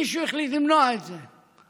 מישהו החליט למנוע את זה.